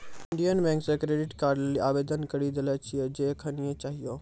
Indian bank से credit card लेली आवेदन करी देले छिए जे एखनीये चाहियो